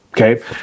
Okay